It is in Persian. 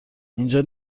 اینجا